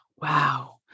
Wow